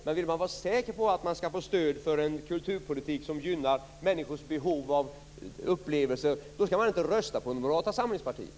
Men om man vill vara säker på att man skall få stöd för en kulturpolitik som gynnar människors behov av upplevelser, då skall man inte rösta på Moderata samlingspartiet.